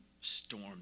storm